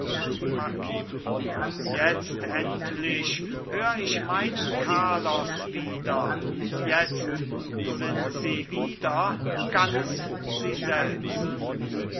marquis jetzt endlich hör ich meinen carlos wieder jetzt sind sie wieder ganz sie selbst